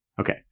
okay